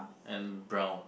and brown